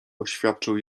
oświadczył